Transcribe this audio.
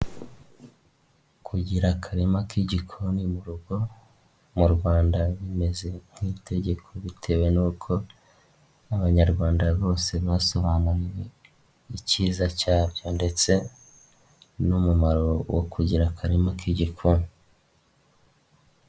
Kugira akarima k'igikoni mu rugo, mu Rwanda bimeze nk'itegeko bitewe n'uko abanyarwanda bose basobanuye icyiza cyabyo ndetse n'umumaro wo kugira akarima k'igikoni.